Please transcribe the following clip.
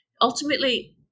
ultimately